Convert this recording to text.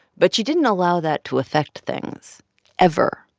but she didn't allow that to affect things ever.